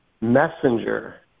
messenger